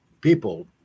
people